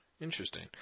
Interesting